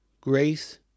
grace